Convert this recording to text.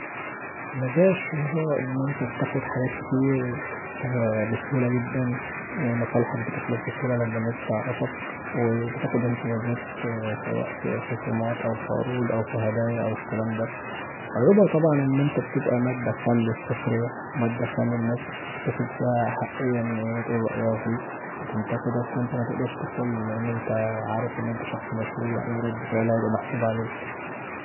مزايا الشهره ان انت بتاخد حاجات كتير بسهوله جدا، مصالحك بتخلص بسهوله لما الناس بتعرفك، وبتاخد امتيازات سواء في خصومات او في عروض او في هدايا او الكلام دا، عيوبها طبعا ان انت بتبقي ماده خام للسخريه، وماده خام الناس بتكتسب فيها احقيه ان هي تقول رأيها فيك وبتنتقدك وانت متقدرش تتكلم لأن انت عارف ان انت شخص مشهور واي رد فعل هيبقي محسوب عليك.